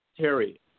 Terry